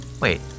Wait